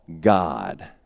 God